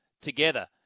together